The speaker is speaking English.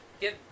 get